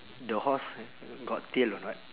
the horse got tail or not